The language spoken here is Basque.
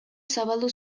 zabaldu